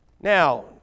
now